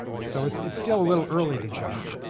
so it's it's still a little early to judge,